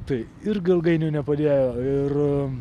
tai irgi ilgainiui nepadėjo ir